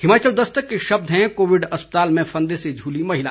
हिमाचल दस्तक के शब्द हैं कोविड अस्पताल में फंदे से झूली महिला